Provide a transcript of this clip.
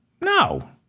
no